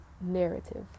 narrative